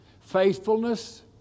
Faithfulness